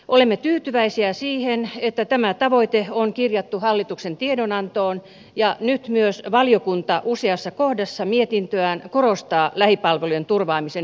olemme tyytyväisiä siihen että tämä tavoite on kirjattu hallituksen tiedonantoon ja nyt myös valiokunta useassa kohdassa mietintöään korostaa lähipalveluiden turvaamisen merkitystä